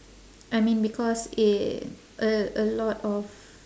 I mean because i~ a a lot of